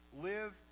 live